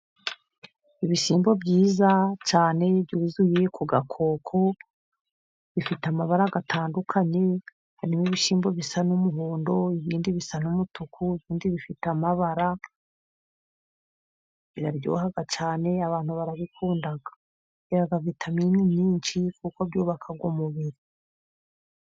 Ibishyimba byiza cyane byuzuye ku gakoko bifite amabara atandukanye, harimo ibishyimbo bisa n'umuhondo, ibindi bisa n'umutuku, ibindi bifite amabara, biraryoha cyane abantu barabikunda, bigira vitamini nyinshi kuko byubaka umubiri.